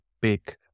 big